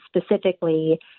specifically